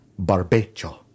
barbecho